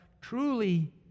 truly